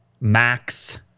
Max